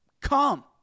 come